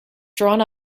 drawn